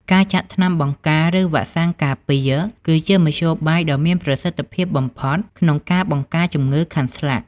ការចាក់ថ្នាំបង្ការ ឬ វ៉ាក់សាំងការពារ គឺជាមធ្យោបាយដ៏មានប្រសិទ្ធភាពបំផុតក្នុងការបង្ការជំងឺខាន់ស្លាក់។